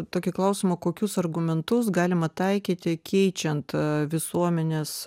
tokį klausimą kokius argumentus galima taikyti keičiant visuomenės